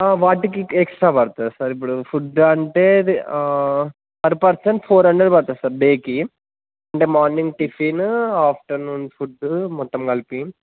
వాటికి ఎక్స్ట్రా పడుతుంది సార్ ఇప్పుడు ఫుడ్ అంటే పర్ పర్సన్ ఫోర్ హండ్రెడ్ పడుతుంది సార్ డేకి అంటే మార్నింగ్ టిఫిన్ ఆఫ్టర్నూన్ ఫుడ్ మొత్తం కలిపి